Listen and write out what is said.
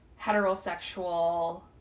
heterosexual